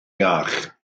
iach